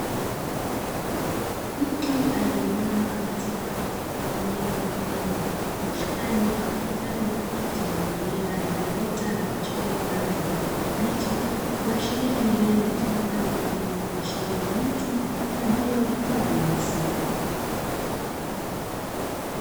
Mtu aliyeinama katika eneo mfano wa bustani ama kitalu chenye mimea iliyoota na kuchipua kwa rangi ya kijani kibichi, kuashiria ni eneo linalotumika kwa ajili ya uoteshaji wa miti kwa ajili ya uhifadhi wa misitu.